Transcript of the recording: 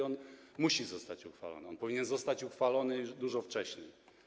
On musi zostać uchwalony, on powinien zostać uchwalony już dużo wcześniej.